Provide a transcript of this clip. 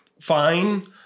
fine